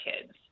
kids